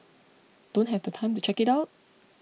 don't have the time to check it out